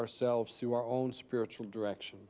ourselves through our own spiritual direction